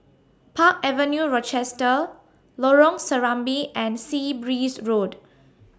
Park Avenue Rochester Lorong Serambi and Sea Breeze Road